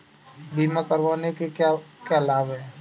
बीमा करवाने के क्या क्या लाभ हैं?